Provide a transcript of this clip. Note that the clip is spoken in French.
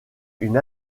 une